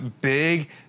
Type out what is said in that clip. big